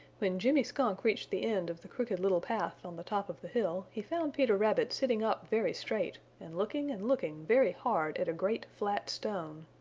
when jimmy skunk reached the end of the crooked little path on the top of the hill he found peter rabbit sitting up very straight and looking and looking very hard at a great flat stone.